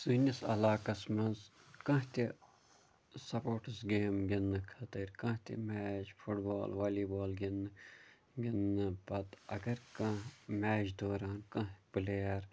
سٲنِس علاقَس منٛز کانٛہہ تہِ سَپوٹٔس گیم گِنٛدنہٕ خٲطرٕ کانٛہہ تہِ match football volleyball گِنٛدنہٕ گِنٛدنہٕ پَتہٕ اَگر کانٛہہ میچ دوران کانٛہہ تہِ پٔلیر